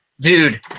Dude